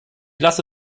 lasse